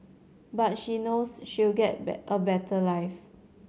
but she knows she'll get a better life